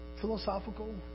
philosophical